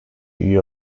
üye